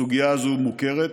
הסוגיה הזאת מוכרת.